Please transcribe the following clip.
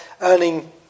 earning